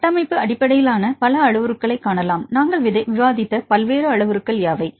எனவே நீங்கள் கட்டமைப்பு அடிப்படையிலான அளவுருக்களைக் கண்டால் நாங்கள் விவாதித்த பல்வேறு அளவுருக்கள் யாவை